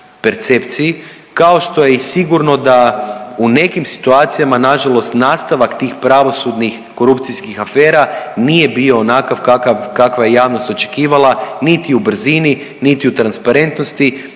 percepciji, kao što je i sigurno da u nekim situacijama nažalost nastavak tih pravosudnih korupcijskih afera nije bio onakav kakav, kakvu je javnost očekivala niti u brzini, niti u transparentnosti,